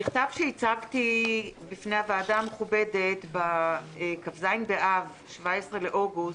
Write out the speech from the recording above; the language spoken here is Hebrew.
במכתב שהצגתי בפני הוועדה המכובדת בכ"ז באב 17 באוגוסט,